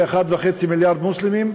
ל-1.5 מיליארד מוסלמים?